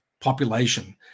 population